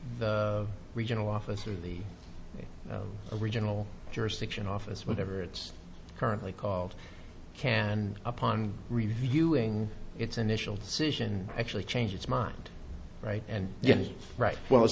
the regional office or the original jurisdiction office whatever it's currently called can upon reviewing its initial decision actually change its mind right and then right well